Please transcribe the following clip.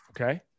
Okay